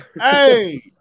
Hey